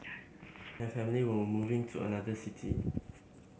Mary and her family were moving to another city